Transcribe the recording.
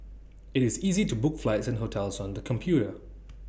IT is easy to book flights and hotels on the computer